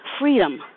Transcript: freedom